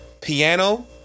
Piano